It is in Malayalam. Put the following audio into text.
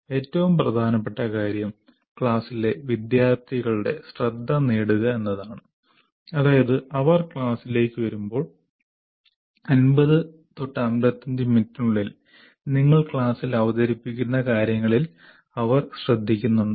ഏറ്റവും പ്രധാനപ്പെട്ട കാര്യം ക്ലാസിലെ വിദ്യാർത്ഥികളുടെ ശ്രദ്ധ നേടുക എന്നതാണ് അതായത് അവർ ക്ലാസ്സിലേക്ക് വരുമ്പോൾ 50 55 മിനിറ്റിനുള്ളിൽ നിങ്ങൾ ക്ലാസ്സിൽ അവതരിപ്പിക്കുന്ന കാര്യങ്ങളിൽ അവർ ശ്രദ്ധിക്കുന്നുണ്ടോ